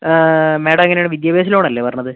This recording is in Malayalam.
മേഡം എങ്ങനെ ആണ് വിദ്യാഭ്യാസ ലോൺ അല്ലേ പറഞ്ഞത്